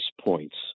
points